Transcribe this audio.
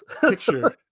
Picture